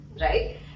right